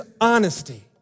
honesty